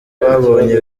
babonye